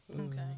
Okay